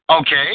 Okay